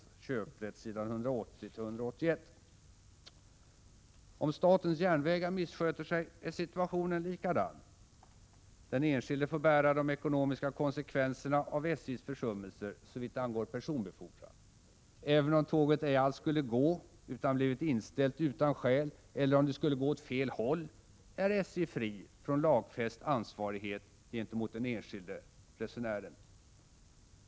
Om statens järnvägar missköter sig är situationen likadan. Den enskilde får bära de ekonomiska konsekvenserna av SJ:s försummelser såvitt angår personbefordran. Även om tåget ej alls skulle gå utan blivit inställt utan skäl eller om det skulle gå åt fel håll, är SJ fri från lagfäst ansvarighet gentemot den enskilde resenären.